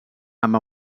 amb